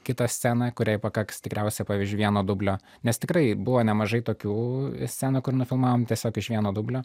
kitą sceną kuriai pakaks tikriausia pavyzdžiui vieno dublio nes tikrai buvo nemažai tokių scenų kur nufilmavom tiesiog iš vieno dublio